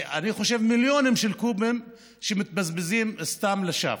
אני חושב שמיליונים של קוב מתבזבזים סתם, לשווא.